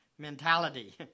mentality